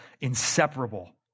inseparable